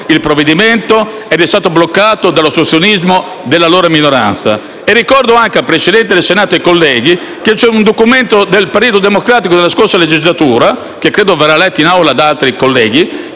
del Parlamento ed è stato bloccato dall'ostruzionismo dell'allora minoranza. Ricordo inoltre anche al Presidente del Senato e ai colleghi che c'è un documento del Partito Democratico della scorsa legislatura, che credo verrà letto in Assemblea da altri colleghi,